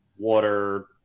Water